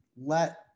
let